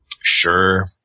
Sure